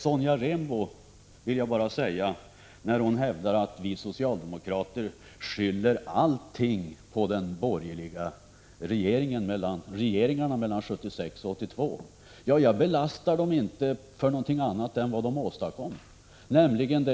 Sonja Rembo hävdar att vi socialdemokrater skyller allting på de borgerliga regeringarna mellan 1976 och 1982. Jag belastar dem inte för någonting annat än vad de åstadkom.